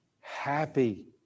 happy